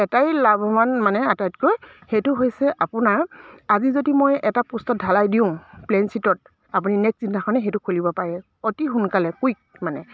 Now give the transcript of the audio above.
এটাই লাভৱান মানে আটাইতকৈ সেইটো হৈছে আপোনাৰ আজি যদি মই এটা পোষ্টত ঢালাই দিওঁ প্লেইন চিটত আপুনি নেক্সট যিদিনাখনেই সেইটো খুলিব পাৰে অতি সোনকালে কুইক মানে